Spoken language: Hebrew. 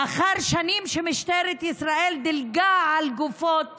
לאחר שנים שמשטרת ישראל דילגה על גופות